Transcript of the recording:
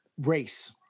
race